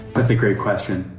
that's a great question,